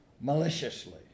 maliciously